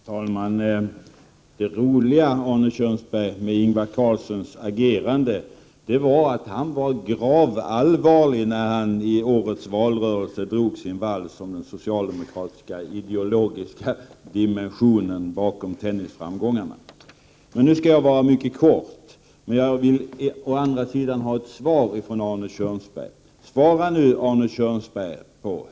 Herr talman! Det roliga, Arne Kjörnsberg, med Ingvar Carlssons agerande var att han var gravallvarlig när han i årets valrörelse drog sin vals om den socialdemokratiska ideologiska dimensionen bakom tennisframgångarna. Nu skall jag fatta mig mycket kort, men jag vill å andra sidan ha ett svar från Arne Kjörnsberg.